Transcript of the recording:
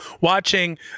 watching